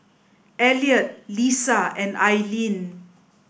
Elliott Lissa and Aileen